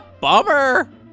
bummer